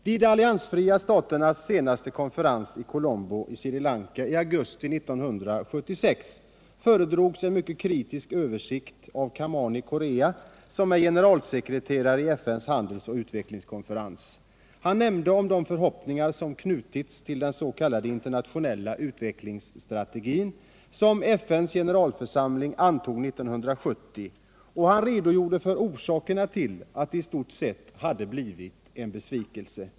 Vid de alliansfria staternas senaste konferens i Colombo i Sri Lanka i augusti 1976 föredrogs en mycket kritisk rapport av Gamani Corea, som är generalsekreterare i FN:s handelsoch utvecklingskonferens. Han nämnde om de förhoppningar som knutits till den s.k. internationella utvecklingsstrategi som FN:s generalförsamling antog 1970, och han redogjorde för orsakerna till att den i stort sett hade blivit en besvikelse.